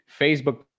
Facebook